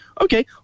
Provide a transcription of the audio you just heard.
okay